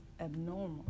abnormal